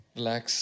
Relax